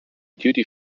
duty